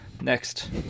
Next